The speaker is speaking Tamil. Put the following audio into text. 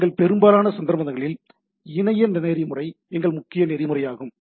எனவே எங்கள் பெரும்பாலான சந்தர்ப்பங்களில் இணைய நெறிமுறை எங்கள் முக்கிய நெறிமுறையாகும்